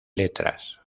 letras